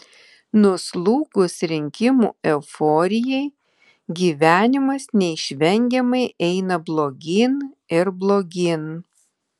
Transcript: nuslūgus rinkimų euforijai gyvenimas neišvengiamai eina blogyn ir blogyn